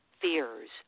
fears